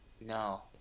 no